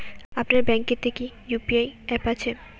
আপনার ব্যাঙ্ক এ তে কি ইউ.পি.আই অ্যাপ আছে?